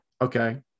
Okay